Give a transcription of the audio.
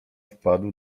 wpadł